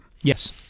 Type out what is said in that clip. Yes